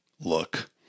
look